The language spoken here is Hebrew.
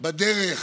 בדרך